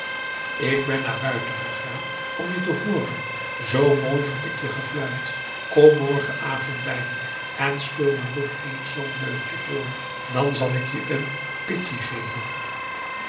ik ben naar buiten gegaan om je te hooren zoo mooi vond ik je gefluit kom morgenavond bij me en speel me nog eens zoo'n deuntje voor dan zal ik je een pitji geven